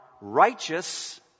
righteous